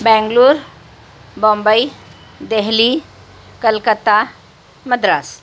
Bangalore Bombay Delhi Calcutta Madras